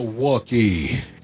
Milwaukee